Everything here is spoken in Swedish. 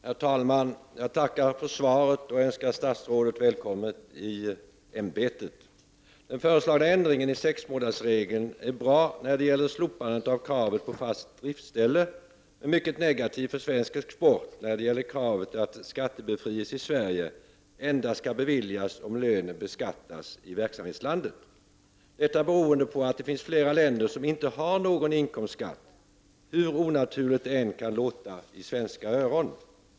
Herr talman! Jag tackar för svaret och önskar statsrådet välkommen i ämbetet. Den föreslagna ändringen i sexmånadersregeln är bra när det gäller slopande av kravet på fast driftsställe. Den är dock mycket negativ för svensk export när det gäller kravet att skattebefrielse i Sverige endast skall beviljas om lönen beskattas i verksamhetslandet. Det beror på att det finns flera länder som inte har någon inkomstskatt — hur onaturligt det än kan låta i svenska öron.